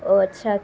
او اچھا